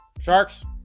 sharks